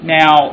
now